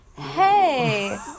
Hey